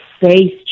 face